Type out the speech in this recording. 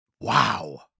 Wow